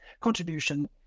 contribution